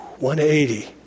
180